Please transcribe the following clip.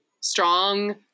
strong